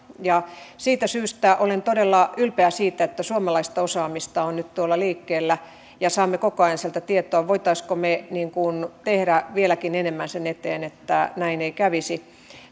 siitä syystä olen todella ylpeä siitä että suomalaista osaamista on nyt tuolla liikkeellä ja saamme koko ajan sieltä tietoa voisimmeko me tehdä vieläkin enemmän sen eteen että niin ei kävisi